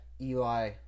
Eli